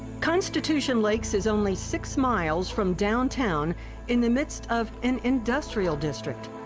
constitution lakes is only six miles from downtown in the midst of an industrial district.